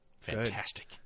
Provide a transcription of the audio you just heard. fantastic